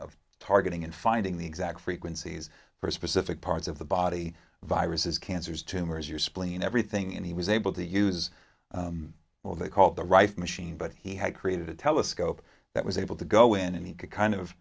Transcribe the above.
of targeting and finding the exact frequencies for specific parts of the body viruses cancers tumors your spleen everything and he was able to use or they call the right machine but he had created a telescope that was able to go in and he could kind of